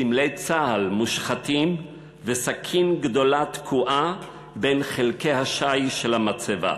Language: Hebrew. סמלי צה"ל מושחתים וסכין גדולה תקועה בין חלקי השיש של המצבה.